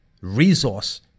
resource